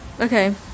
okay